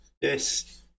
yes